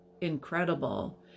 incredible